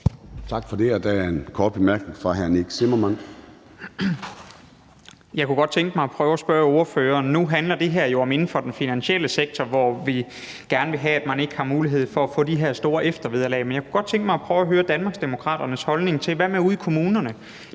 Jeg kunne godt tænke mig at prøve at spørge ordføreren om noget. Nu handler det her jo om den finansielle sektor, hvor vi gerne vil have, at man ikke har mulighed for at få de her store eftervederlag. Men jeg kunne godt tænke mig at prøve at høre Danmarksdemokraternes holdning: Hvad med ude i kommunerne?